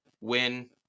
win